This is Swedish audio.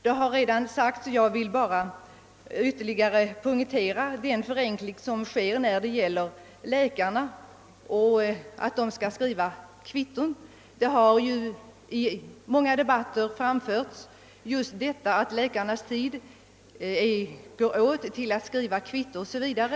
Det nya systemet kommer att innebära en förenkling för läkarna när det gäller utskrivning av kvitton. Det har många gånger i olika debatter framförts att en stor del av läkarnas tid går åt till att skriva kvitton o.s.v.